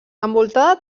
envoltada